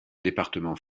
département